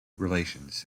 relations